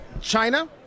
China